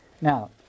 Now